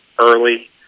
early